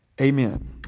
Amen